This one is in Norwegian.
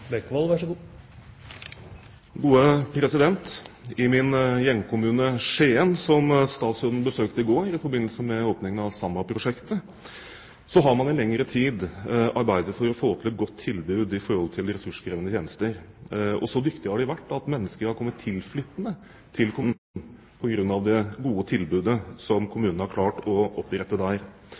I min hjemkommune Skien, som statsråden besøkte i går i forbindelse med åpningen av SAMBA-prosjektet, har man i lengre tid arbeidet for å få til et godt tilbud til de ressurskrevende tjenester, og så dyktige har de vært at mennesker har kommet tilflyttende til kommunen på grunn av det gode tilbudet som man har klart å opprette der.